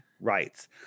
rights